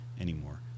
anymore